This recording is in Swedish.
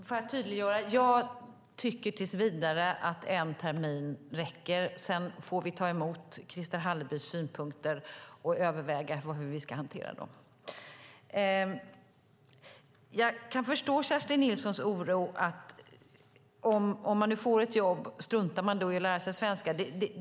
Fru talman! Låt mig tydliggöra att jag tills vidare tycker att en termin räcker. Sedan får vi ta emot Christer Hallerbys synpunkter och överväga hur vi ska hantera dem. Jag kan förstå Kerstin Nilssons oro över att man struntar i att lära sig svenska om man får ett jobb.